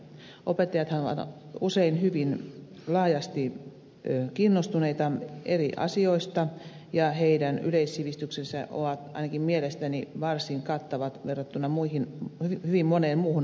opettajathan ovat usein hyvin laajasti kiinnostuneita eri asioista ja heidän yleissivistyksensä on ainakin mielestäni varsin kattava verrattuna hyvin moneen muuhun ammattikuntaan